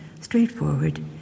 straightforward